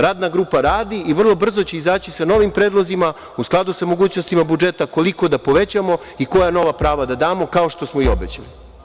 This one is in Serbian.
Radna grupa radi i vrlo brzo će izaći sa novim predlozima, u skladu sa mogućnostima budžeta koliko da povećamo i koja nova prava da damo, kao što smo i obećali.